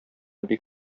бик